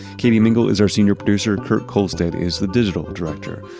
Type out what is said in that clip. katie mingle is our senior producer. kurt kohlstedt is the digital director.